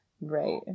Right